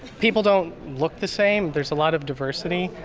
people don't look the same. there's a lot of diversity.